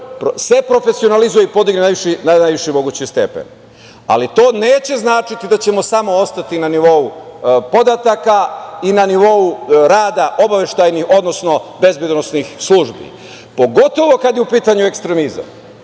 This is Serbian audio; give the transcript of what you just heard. se profesionalizuje i podigne na najviši mogući stepen. Ali, to neće značiti da ćemo samo ostati na nivou podataka i na nivou rada obaveštajnih odnosno bezbedonosnih službi, pogotovo kada je u pitanju ekstremizam,